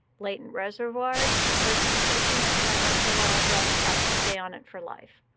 latent reservoirs, a person taking antiretroviral drugs has to stay on it for life.